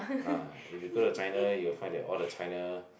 ah if you go to China you will find that all the China